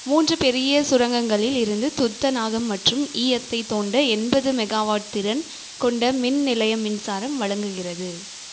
மூன்று பெரிய சுரங்கங்களில் இருந்து துத்தநாகம் மற்றும் ஈயத்தைத் தோண்ட எண்பது மெகாவாட் திறன் கொண்ட மின் நிலையம் மின்சாரம் வழங்குகிறது